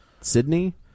Sydney